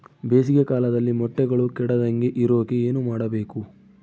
ಬೇಸಿಗೆ ಕಾಲದಲ್ಲಿ ಮೊಟ್ಟೆಗಳು ಕೆಡದಂಗೆ ಇರೋಕೆ ಏನು ಮಾಡಬೇಕು?